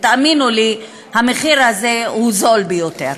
ותאמינו לי, המחיר הזה הוא זול ביותר.